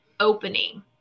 opening